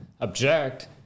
object